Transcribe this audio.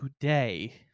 today